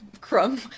crumb